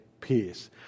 peace